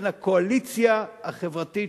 בין הקואליציה החברתית,